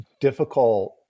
difficult